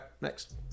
next